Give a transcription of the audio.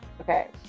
Okay